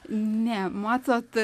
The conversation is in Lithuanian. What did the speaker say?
ne matot